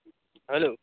hello